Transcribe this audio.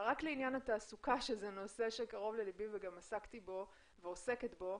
אבל רק לעניין התעסוקה שזה נושא קרוב ללבי וגם עסקתי בו ואני עוסקת בו,